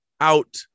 out